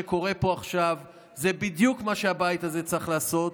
שקורה פה עכשיו זה בדיוק מה שהבית הזה צריך לעשות.